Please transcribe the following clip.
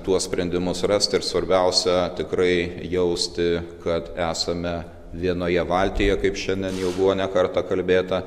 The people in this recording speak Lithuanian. tuos sprendimus rast ir svarbiausia tikrai jausti kad esame vienoje valtyje kaip šiandien jau buvo ne kartą kalbėta